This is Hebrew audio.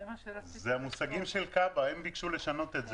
זה מושגים של כב"א, הם ביקשו לשנות את זה.